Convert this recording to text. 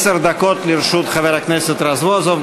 עשר דקות לרשות חבר הכנסת רזבוזוב.